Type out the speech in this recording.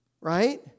Right